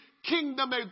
Kingdom